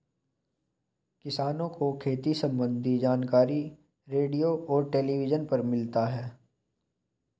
किसान को खेती सम्बन्धी जानकारी रेडियो और टेलीविज़न पर मिलता है